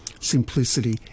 simplicity